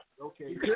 Okay